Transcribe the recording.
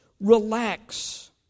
relax